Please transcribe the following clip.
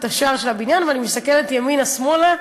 השער של הבניין ומסתכלת ימינה ושמאלה,